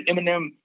Eminem